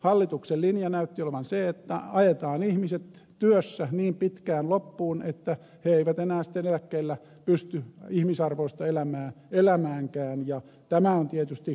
hallituksen linja näytti olevan se että pitämällä työssä niin pitkään ajetaan ihmiset niin loppuun että he eivät enää sitten eläkkeellä pysty ihmisarvoista elämää elämäänkään ja tämä on tietysti kohtuutonta